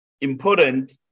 important